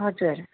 हजुर